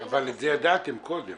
אבל את זה ידעתם קודם,